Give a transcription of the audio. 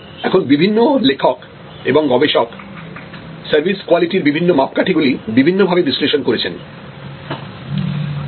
এখন বিভিন্ন লেখক এবং গবেষক সার্ভিস কোয়ালিটির বিভিন্ন মাপকাঠি গুলি বিভিন্নভাবে বিশ্লেষণ করেছেন